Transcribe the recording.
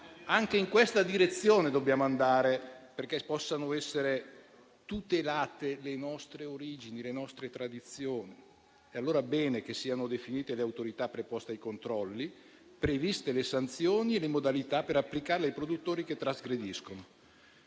anche in questa direzione dobbiamo andare, perché possano essere tutelate le nostre origini e le nostre tradizioni. E allora va bene che siano definite le autorità preposte ai controlli e che siano previste le sanzioni e le modalità per applicarle ai produttori che trasgrediscono.